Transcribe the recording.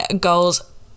goals